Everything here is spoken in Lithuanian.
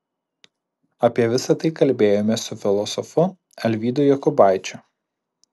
apie visa tai kalbėjomės su filosofu alvydu jokubaičiu